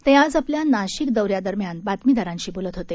ते आज आपल्या नाशिक दौऱ्या दरम्यान बातमीदारांशी बोलत होते